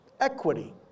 equity